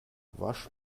wasch